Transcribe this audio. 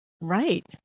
Right